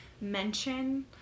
mention